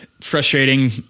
Frustrating